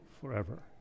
forever